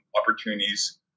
opportunities